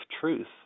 truth